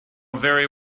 very